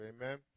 Amen